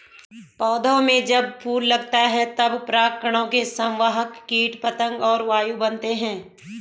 पौधों में जब फूल लगता है तब परागकणों के संवाहक कीट पतंग और वायु बनते हैं